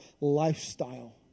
lifestyle